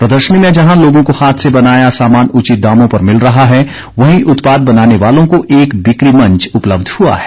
प्रदर्शनी में जहां लोगों को हाथ से बनाया सामान उचित दामों पर मिल रहा है वहीं उत्पाद बनाने वालों को एक बिक्री मंच उपलब्ध हुआ है